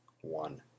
one